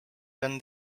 done